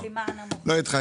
לא התחייבת?